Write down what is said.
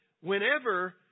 whenever